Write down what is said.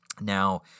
Now